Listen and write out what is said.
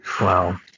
Wow